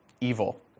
Evil